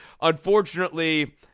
unfortunately